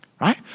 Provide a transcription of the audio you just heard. right